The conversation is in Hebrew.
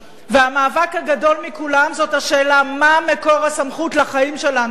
והמאבק הגדול מכולם זאת השאלה: מה מקור הסמכות לחיים שלנו כאן?